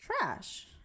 trash